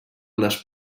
les